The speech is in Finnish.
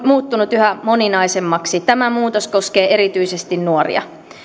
muuttunut yhä moninaisemmaksi tämä muutos koskee erityisesti nuoria